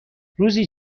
روزی